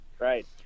right